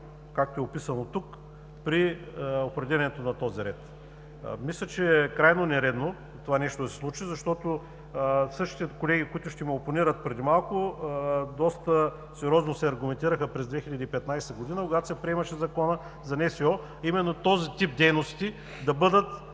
както е описано тук, при определянето на този ред. Мисля, че е крайно нередно това нещо да се случи, защото същите колеги, които ще ме опонират, доста сериозно се аргументираха през 2015 г., когато се приемаше Законът за НСО, именно този тип дейности да бъдат